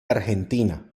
argentina